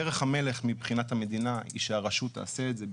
דרך המלך מבחינת המדינה היא שהרשות תעשה את זה בשיח,